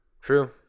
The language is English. True